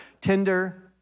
Tinder